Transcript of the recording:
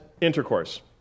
intercourse